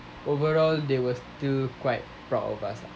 overall they was still quite proud of us lah